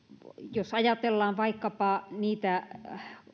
jos ajatellaan vaikkapa niitä